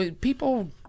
people